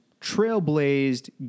trailblazed